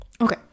okay